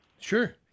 Sure